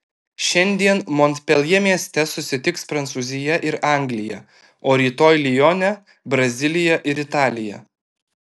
šiandien monpeljė mieste susitiks prancūzija ir anglija o rytoj lione brazilija ir italija